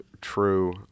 true